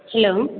hello